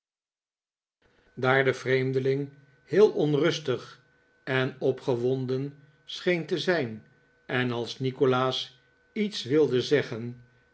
daar de vreemdeling heel onrustig en opgewonden scheen te zijn en als nikolaas iets wilde zeggen